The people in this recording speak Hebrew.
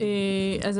בבקשה.